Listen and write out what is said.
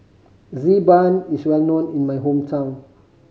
Xi Ban is well known in my hometown